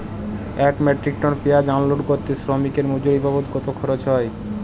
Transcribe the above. এক metric ton পেঁয়াজ unload করতে শ্রমিকের মজুরি বাবদ কত খরচ হয়?